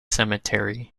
cemetery